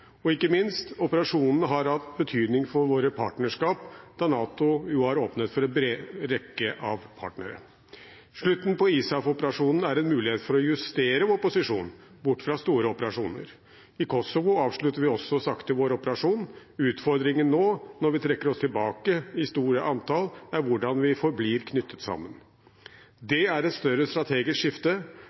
og ikke minst har operasjonen hatt betydning for våre partnerskap, da NATO har åpnet for en bred rekke av partnere. Slutten på ISAF-operasjonen er en mulighet for å justere vår posisjon bort fra store operasjoner. I Kosovo avslutter vi også sakte vår operasjonen. Utfordringen nå, når vi trekker oss tilbake i store antall, er hvordan vi forblir knyttet sammen. Det er et større strategisk skifte.